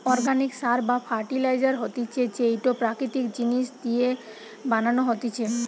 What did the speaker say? organic সার বা fertiliser হতিছে যেইটো প্রাকৃতিক জিনিস দিয়া বানানো হতিছে